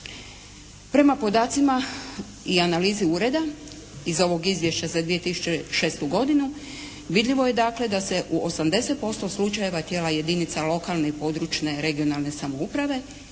Prema podacima i analizi ureda iz ovog izvješća za 2006. godinu vidljivo je dakle da se u 80% slučajeva tijela jedinica lokalne i područne (regionalne) samouprave